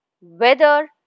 weather